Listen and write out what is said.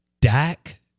Dak